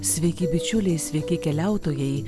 sveiki bičiuliai sveiki keliautojai